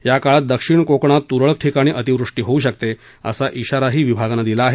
या काळात दक्षिण कोकणात तुरळक ठिकाणी अतिवृष्टी होऊ शकते असा इशारा विभागानं दिला आहे